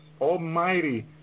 Almighty